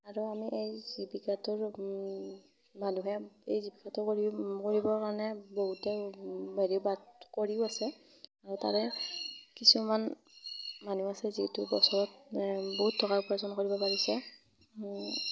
আৰু আমি এই জীৱিকাটোৰ মানুহে এই জীৱিকাটো কৰি কৰিবৰ কাৰণে বহুতে হেৰি বাদ কৰিও আছে আৰু তাৰে কিছুমান মানুহ আছে যিটো বছৰত বহুত টকা উপাৰ্জন কৰিব পাৰিছে